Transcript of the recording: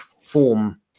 form